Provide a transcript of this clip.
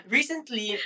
Recently